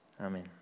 Amen